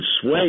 sway